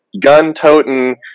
gun-toting